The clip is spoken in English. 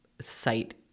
site